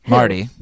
Marty